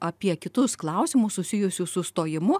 apie kitus klausimus susijusius su stojimu